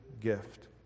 gift